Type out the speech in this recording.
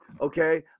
okay